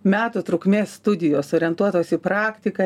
metų trukmės studijos orientuotos į praktiką